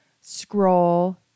scroll